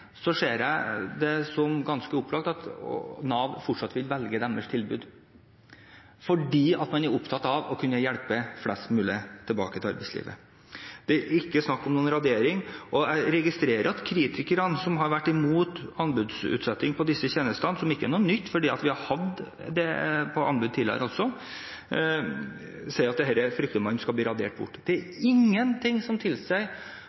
ser jeg det som ganske opplagt at Nav fortsatt vil velge deres tilbud, fordi man er opptatt av å kunne hjelpe flest mulig tilbake til arbeidslivet. Det er ikke snakk om noen radering. Jeg registrerer at kritikerne som har vært imot anbudsutsettingen av disse tjenestene – som ikke er nytt, for vi har hatt anbud tidligere også – sier at det er fryktelig at dette skal bli radert bort. Det er ingen ting som tilsier